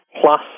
plus